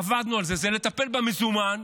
עבדנו על זה, לטפל במזומן.